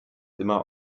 immer